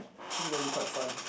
it's probably gonna be quite fun